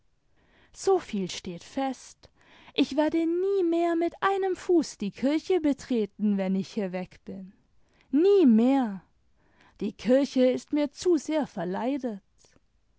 soviel steht fest ich werde nie mehr mit einem fuß die kirche betreten wenn ich hier weg bin nie mehrl die kirche bt mir zu sehr verleidet